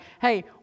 Hey